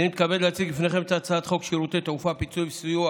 אני מתכבד להציג בפניכם את הצעת חוק שירותי תעופה (פיצוי וסיוע